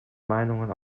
meinungen